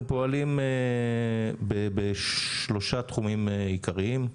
אנחנו פועלים בשלושה תחומים עיקריים.